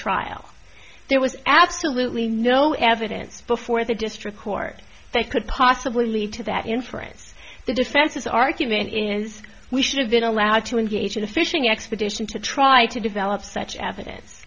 trial there was absolutely no evidence before the district court that could possibly lead to that inference the defense's argument is we should have been allowed to engage in a fishing expedition to try to develop such evidence